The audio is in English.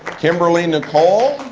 kimberly nicol,